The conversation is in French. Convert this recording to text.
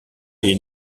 est